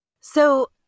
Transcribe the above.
So-